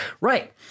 Right